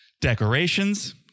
decorations